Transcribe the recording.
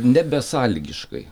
ne besąlygiškai